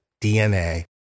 DNA